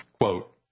Quote